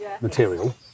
material